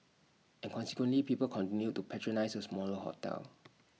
and consequently people continued to patronise A smaller hotel